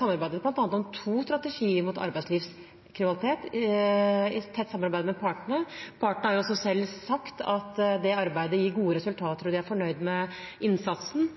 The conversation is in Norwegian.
samarbeidet om to strategier mot arbeidslivskriminalitet – i tett samarbeid med partene. Partene har også selv sagt at det arbeidet gir gode resultater, og de er fornøyd med innsatsen.